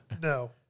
No